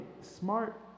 smart